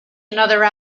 another